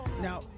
Now